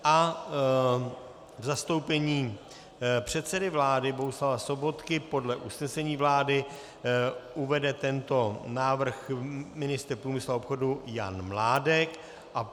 V zastoupení předsedy vlády Bohuslava Sobotky podle usnesení vlády uvede tento návrh ministr průmyslu a obchodu Jan Mládek.